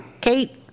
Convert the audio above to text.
Kate